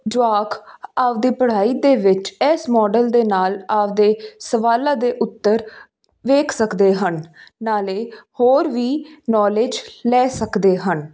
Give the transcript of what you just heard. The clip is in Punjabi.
ਜਵਾਕ ਆਪਣੀ ਪੜ੍ਹਾਈ ਦੇ ਵਿੱਚ ਇਸ ਮੋਡਲ ਦੇ ਨਾਲ ਆਪਣੇ ਸਵਾਲਾਂ ਦੇ ਉੱਤਰ ਵੇਖ ਸਕਦੇ ਹਨ ਨਾਲੇ ਹੋਰ ਵੀ ਨੌਲੇਜ ਲੈ ਸਕਦੇ ਹਨ